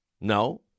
No